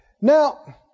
Now